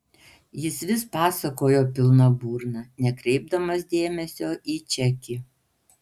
jis vis pasakojo pilna burna nekreipdamas dėmesio į čekį